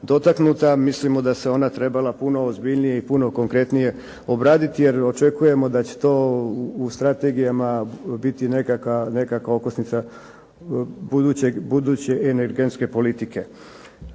mislimo da se ona trebala puno ozbiljnije i puno konkretnije obraditi jer očekujemo da će to u strategijama biti nekakva okosnica buduće energetske politike.